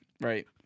right